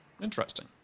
Interesting